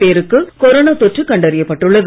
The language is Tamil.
பேருக்கு கொரோனா தொற்று கண்டறியப்பட்டுள்ளது